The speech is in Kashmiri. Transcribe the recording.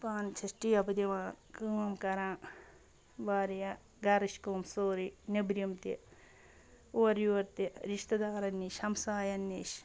پانہٕ چھَس ٹیبہٕ دِوان کٲم کَران واریاہ گَرٕچ کٲم سٲرٕے نیٚبرِم تہِ اورٕ یور تہِ رِشتہٕ دارَن نِش ہَمسایَن نِش